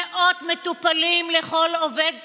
מאות מטופלים לכל עובד סוציאלי,